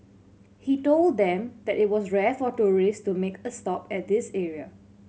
he told them that it was rare for tourist to make a stop at this area